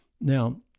Now